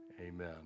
Amen